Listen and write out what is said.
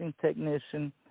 technician